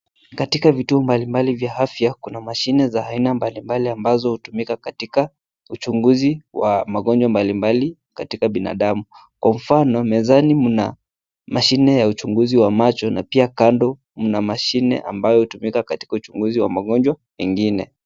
Katika vituo mbalimbali vya afya kuna mashine za aina mbalimbali ambazo hutumika katika uchunguzi wa magonjwa mbalimbali katika binadamu. Kwa mfano mezani mna mashine ya uchunguzi wa macho na pia kando mna mashine ambayo hutumika katika uchunguzi wa magonjwa ingine.